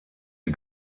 die